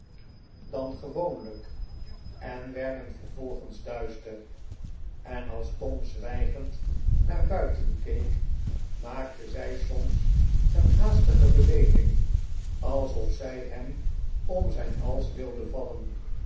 dan gewoonlijk en werden vervolgens duister en als tom zwijgend naar buiten keek maakte zij soms een haastige beweging alsof zij hem ora zijn hals wilde vallen